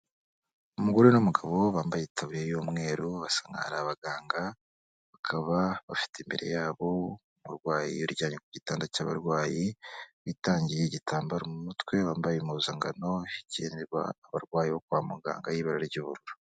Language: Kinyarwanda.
Umugore n'umugabo bambaye itabuye y'umweru basa nk'aho ari abaganga, bakaba bafite imbere yabo umurwayi uryamye ku gitanda cy'abarwayi. Witangiye igitambaro mu mutwe, wambaye impuzangano igenerwa abarwayi bo kwa muganga y'ibara ry'ubururu.